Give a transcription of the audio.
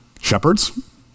shepherds